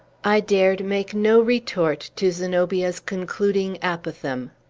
i dared make no retort to zenobia's concluding apothegm.